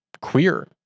queer